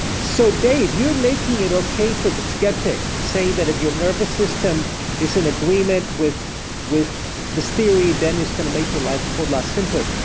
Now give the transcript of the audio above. so, dave, you're making it okay for the skeptic say that if your nervous system is an agreement with with this theory, then it's going to make your life a whole lot simpler.